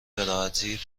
براحتی